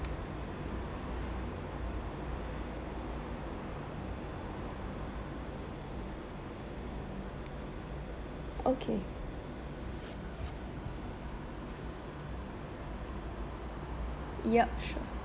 okay yup sure